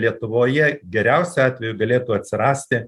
lietuvoje geriausiu atveju galėtų atsirasti